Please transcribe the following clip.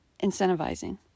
incentivizing